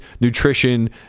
nutrition